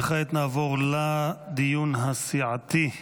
כעת נעבור לדיון הסיעתי.